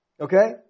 Okay